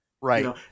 Right